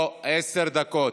לא, עשר דקות.